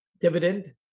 dividend